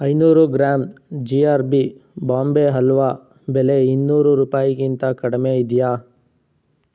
ಐನೂರು gram G R B Bombay halwa ಬೆಲೆ ಇನ್ನೂರು ರೂಪಾಯಿಗಿಂತ ಕಡಿಮೆ ಇದೆಯಾ